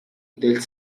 del